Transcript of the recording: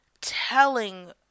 telling